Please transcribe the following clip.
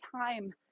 time